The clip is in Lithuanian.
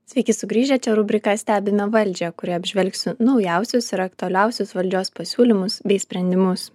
sveiki sugrįžę čia rubrika stebime valdžią kurioje apžvelgsiu naujausius ir aktualiausius valdžios pasiūlymus bei sprendimus